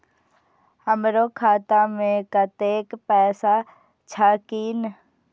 हमरो खाता में कतेक पैसा छकीन?